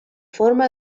forma